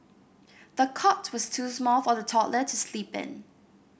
the cot was too small for the toddler to sleep in